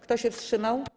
Kto się wstrzymał?